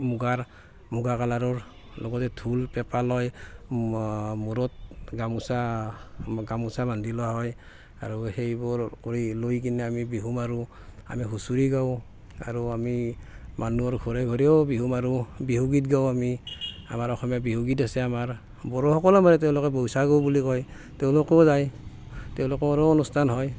মুগাৰ মুগা কালাৰৰ লগতে ঢোল পেঁপা লয় মূৰত গামোচা গামোচা বান্ধি লোৱা হয় আৰু সেইবোৰ কৰি লৈকিনে আমি বিহু মাৰো আমি হুঁচৰি গাওঁ আৰু আমি মানুহৰ ঘৰে ঘৰেও বিহু মাৰো বিহুগীত গাওঁ আমি আমাৰ অসমীয়া বিহুগীত আছে আমাৰ বড়োসকলেও মানে তেওঁলোকে বৈশাগু বুলি কয় তেওঁলোকো যায় তেওঁলোকৰো অনুষ্ঠান হয়